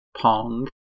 pong